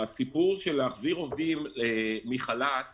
להחזיר עובדים מחל"ת